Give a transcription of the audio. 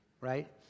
Right